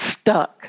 stuck